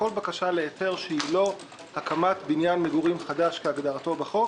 לכל בקשה להיתר שהיא לא הקמת בניין מגורים חדש כהגדרתו בחוק